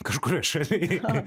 kažkurioj šaly